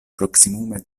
proksimume